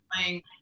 playing